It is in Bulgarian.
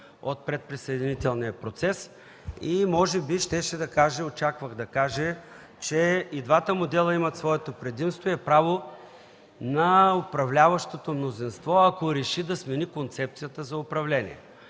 от предприсъединителния процес – може би да каже и аз очаквах да каже, че и двата модела имат своите предимства и е право на управляващото мнозинство, ако реши, да смени концепцията за управление.